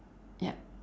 yup